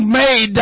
made